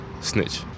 snitch